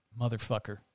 motherfucker